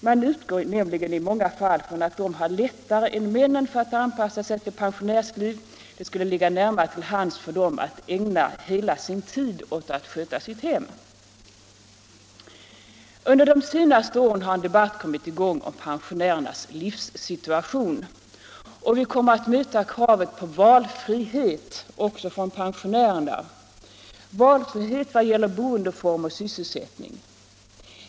Man utgår nämligen i många fall från att de har lättare än männen att anpassa sig till pensionärens liv. Det skulle ligga närmast till för dem att ägna hela sin tid åt att sköta sina hem. Under de senaste åren har en debatt kommit i gång om pensionärernas livssituation. Vi kommer att möta kravet på valfrihet också från pensionärerna, valfrihet vad gäller boendeform och sysselsättning.